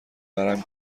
ورم